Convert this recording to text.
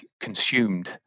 consumed